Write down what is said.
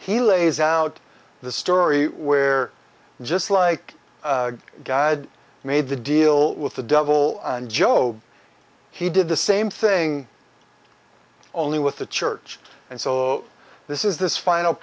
he lays out the story where just like god made the deal with the devil job he did the same thing only with the church and so this is this final